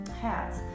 hats